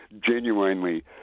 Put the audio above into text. genuinely